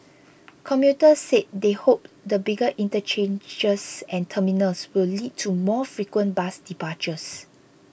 commuters said they hoped the bigger interchanges and terminals will lead to more frequent bus departures